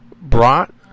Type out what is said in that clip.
brought